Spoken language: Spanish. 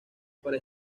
para